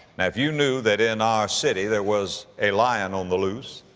now, if you knew that in our city there was a lion on the loose,